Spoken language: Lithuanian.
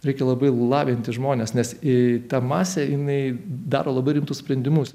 reikia labai lavinti žmones nes į tą masę jinai daro labai rimtus sprendimus